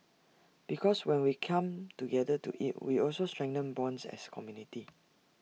because when we come together to eat we also strengthen bonds as community